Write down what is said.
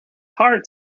heart